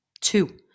two